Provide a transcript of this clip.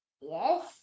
Yes